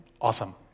awesome